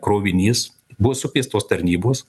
krovinys buvo sukviestos tarnybos